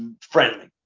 friendly